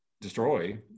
destroy